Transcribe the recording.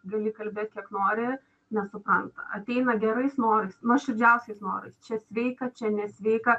gali kalbėt kiek nori nesupranta ateina gerais norais nuoširdžiausiais norais čia sveika čia nesveika